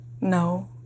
No